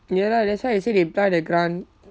ya lah that's why I say they apply the grant